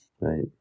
Right